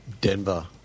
Denver